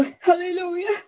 Hallelujah